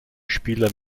spieler